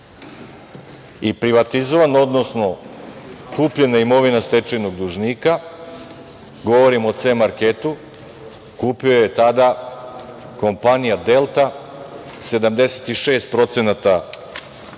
i privatizovana, odnosno kupljena imovina stečajnog dužnika. Govorim o „C marketu“. Kupio je tada kompanija „Delta“ 76% vlasništva